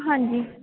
ਹਾਂਜੀ